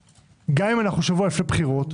גם אם אנחנו שבוע לפני הבחירות,